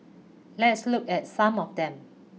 let's look at some of them